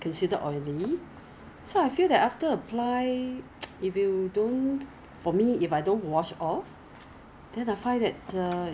ya so 你的脸就拼命出油 in order to to to to to you know the skin barrier 会他